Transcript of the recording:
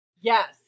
Yes